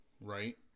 Right